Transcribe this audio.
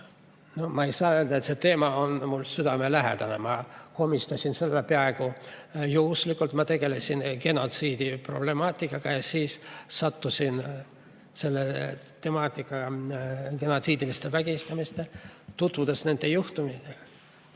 Ma ei saa öelda, et see teema on mulle südamelähedane, ma komistasin selle peale peaaegu juhuslikult. Ma tegelesin genotsiidi problemaatikaga ja siis sattusin selle temaatika, genotsiidiliste vägistamiste peale, tutvudes nende juhtumitega.